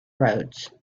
roads